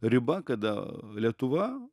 riba kada lietuva